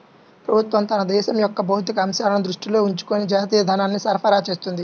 ప్రభుత్వం తన దేశం యొక్క భౌతిక అంశాలను దృష్టిలో ఉంచుకొని జాతీయ ధనాన్ని సరఫరా చేస్తుంది